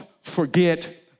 forget